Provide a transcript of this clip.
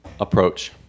approach